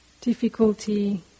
difficulty